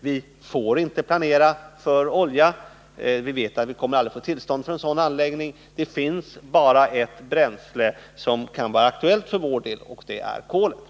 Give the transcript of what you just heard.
Vi får inte planera för olja — vi vet att vi aldrig kommer att få tillstånd för en sådan anläggning. Det finns bara ett bränsle som kan vara aktuellt för vår del. och det är kolet.